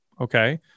okay